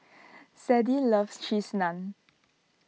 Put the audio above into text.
Sadie loves Cheese Naan